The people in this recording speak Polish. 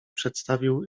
przedstawił